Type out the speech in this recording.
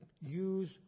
Use